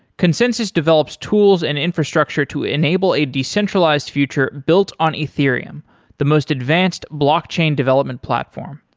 consensys develops tools and infrastructure to enable a decentralized future built on ethereum the most advanced blockchain development platform.